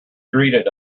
greeted